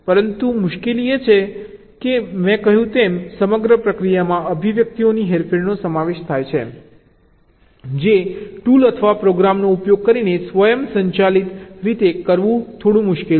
પરંતુ મુશ્કેલી એ છે કે મેં કહ્યું તેમ સમગ્ર પ્રક્રિયામાં અભિવ્યક્તિઓની હેરફેરનો સમાવેશ થાય છે જે ટૂલ અથવા પ્રોગ્રામનો ઉપયોગ કરીને સ્વયંસંચાલિત રીતે કરવું થોડું મુશ્કેલ છે